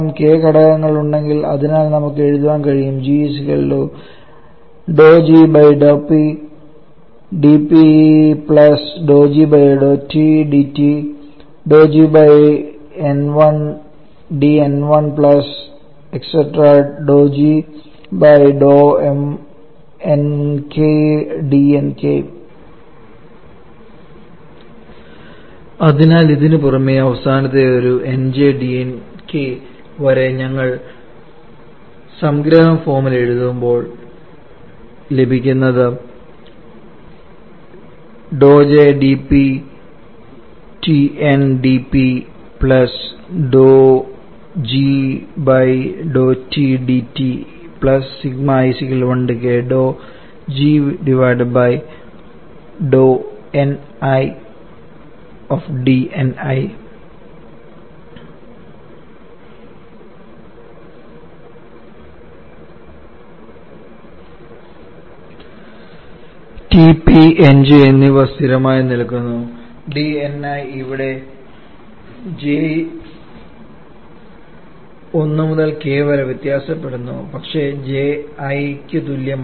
k ഘടകങ്ങൾ ഉണ്ടെങ്കിൽ അതിനാൽ നമുക്ക് എഴുതാൻ കഴിയും അതിനാൽ ഇതിനുപുറമെ അവസാനത്തെ ഒരു nj dnk വരെ ഞങ്ങൾ സംഗ്രഹ ഫോമിൽ എഴുതുമ്പോൾ ലഭിക്കുന്നത് T P nj എന്നിവ സ്ഥിരമായി നിൽക്കുന്നു dni ഇവിടെ j 1 മുതൽ k വരെ വ്യത്യാസപ്പെടുന്നു പക്ഷേ j i ക്ക് തുല്യമല്ല